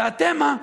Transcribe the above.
ואתם, מה?